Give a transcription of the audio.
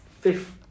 Fifth